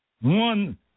one